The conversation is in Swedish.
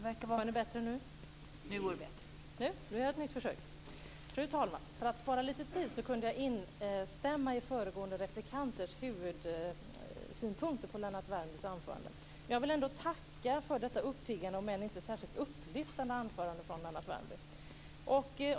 Fru talman! För att spara lite tid kan jag instämma i föregående replikanters huvudsynpunkter på Lennart Värmbys anförande. Jag vill ändå tacka för detta uppiggande om än inte särskilt upplyftande anförande från Lennart Värmby.